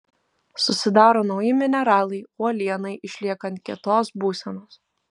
susidaro nauji mineralai uolienai išliekant kietos būsenos